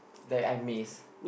that I miss